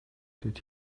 did